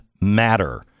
matter